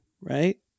right